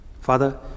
Father